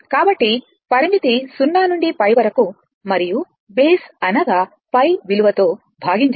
కాబట్టి పరిమితి 0 నుండి π వరకు మరియు బేస్ అనగా π విలువ తో భాగించండి